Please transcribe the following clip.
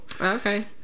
okay